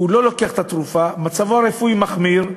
לא לוקח את התרופה, מצבו הרפואי מחמיר,